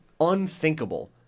unthinkable